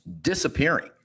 disappearing